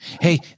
Hey